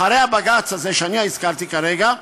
אחרי הבג"ץ הזה שאני הזכרתי כרגע,